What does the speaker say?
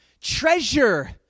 Treasure